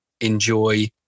enjoy